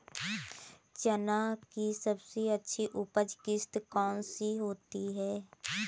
चना की सबसे अच्छी उपज किश्त कौन सी होती है?